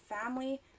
family